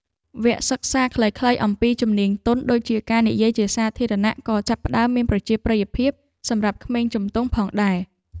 វគ្គសិក្សាខ្លីៗអំពីជំនាញទន់ដូចជាការនិយាយជាសាធារណៈក៏ចាប់ផ្តើមមានប្រជាប្រិយភាពសម្រាប់ក្មេងជំទង់ផងដែរ។